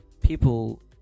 people